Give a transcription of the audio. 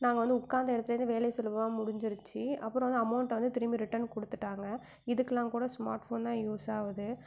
நாங்கள் வந்து உட்காந்த இடத்துலேந்தே வேலையை சுலபமாக முடுஞ்சிருச்சு அப்பறம் வந்து அமௌண்ட் வந்து திரும்பி ரிட்டன் கொடுத்துட்டாங்க இதுக்கெலாம் கூட ஸ்மார்ட் ஃபோன் தான் யூஸ் ஆகுது